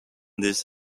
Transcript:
this